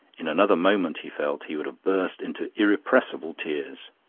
in another moment, he felt, he would have burst into irrepressible tears.